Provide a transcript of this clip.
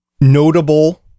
notable